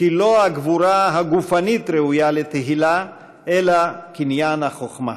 כי לא הגבורה הגופנית ראויה לתהילה אלא קניין החוכמה.